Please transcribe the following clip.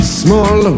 small